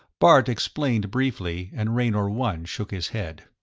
bart explained briefly, and raynor one shook his head.